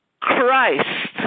Christ